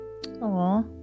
aww